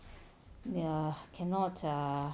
ya cannot err